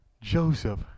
Joseph